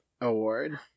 Award